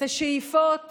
את השאיפות